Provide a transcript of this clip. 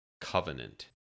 covenant